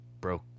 broke